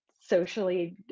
socially